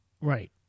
Right